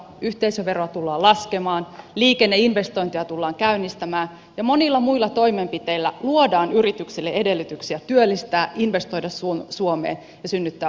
yhteisöveroa tullaan laskemaan liikenneinvestointeja tullaan käynnistämään ja monilla muilla toimenpiteillä luodaan yrityksille edellytyksiä työllistää investoida suomeen ja synnyttää uusia työpaikkoja